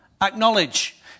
acknowledge